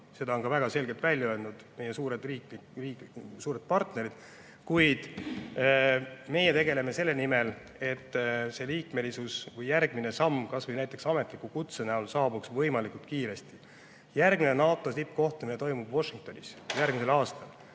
Seda on väga selgelt välja öelnud ka meie suured partnerid. Kuid meie tegutseme selle nimel, et see liikmesus või järgmine samm kas või ametliku kutse näol saabuks võimalikult kiiresti. Järgmine NATO tippkohtumine toimub Washingtonis järgmisel aastal,